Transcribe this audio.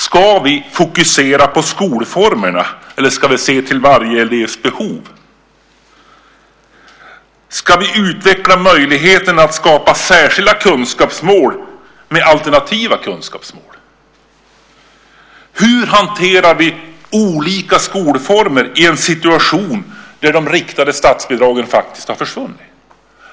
Ska vi fokusera på skolformerna, eller ska vi se till varje elevs behov? Ska vi utveckla möjligheten att skapa särskilda kunskapsmål med alternativa kunskapsmål? Hur hanterar vi olika skolformer i en situation där de riktade statsbidragen faktiskt har försvunnit?